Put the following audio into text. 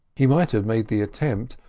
he might have made the attempt,